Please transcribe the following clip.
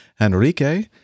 Enrique